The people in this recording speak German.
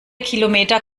kilometer